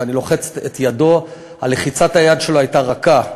ואני לוחץ את ידו, לחיצת היד שלו הייתה רכה,